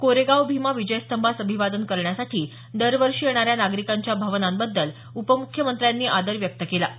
कोरेगाव भीमा विजयस्तंभास अभिवादन करण्यासाठी दरवर्षी येणाऱ्या नागरिकांच्या भावनांबद्दल उपमुख्यमंत्र्यांनी आदर व्यक्त केला आहे